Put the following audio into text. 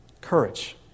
Courage